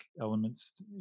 elements